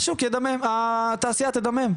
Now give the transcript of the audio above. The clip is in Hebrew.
התעשייה תדמם.